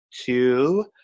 Two